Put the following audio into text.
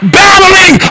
battling